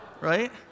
right